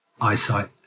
eyesight